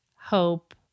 hope